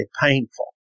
painful